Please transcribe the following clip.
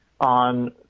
on